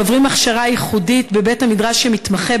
שעוברים הכשרה ייחודית בבית-המדרש שמתמחה